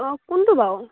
অঁ কোনটো বাৰু